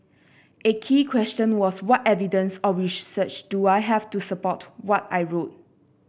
a key question was what evidence or research do I have to support what I wrote